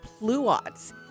pluots